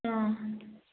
ꯎꯝ